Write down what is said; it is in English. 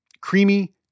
creamy